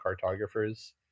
cartographers